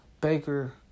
Baker